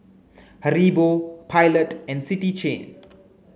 Haribo Pilot and City Chain